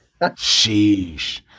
Sheesh